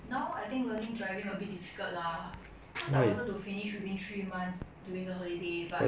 now I think learning driving a bit difficult lah cause I wanted to finish within three months during the holiday but